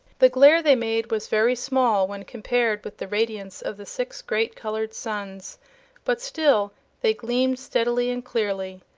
the glare they made was very small when compared with the radiance of the six great colored suns but still they gleamed steadily and clearly.